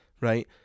right